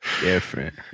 Different